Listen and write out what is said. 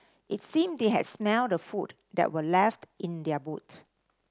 it seemed they had smelt the food that were left in their boot